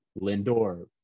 Lindor